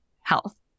health